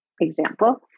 example